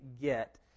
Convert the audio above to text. get